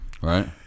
right